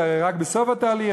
זה הרי רק בסוף התהליך.